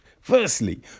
firstly